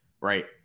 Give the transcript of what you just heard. right